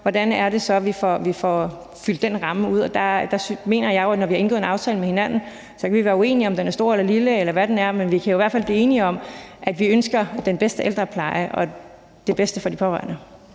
hvordan det så er, at vi får den ramme fyldt ud. Der mener jeg jo, at når vi har indgået en aftale med hinanden, så kan vi være uenige om, om den er stor eller lille, eller hvad den er, men vi kan i hvert fald blive enige om, at vi ønsker den bedste ældrepleje og det bedste for de pårørende.